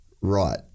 right